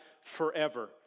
forever